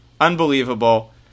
Unbelievable